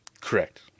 Correct